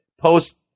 post